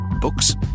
Books